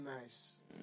nice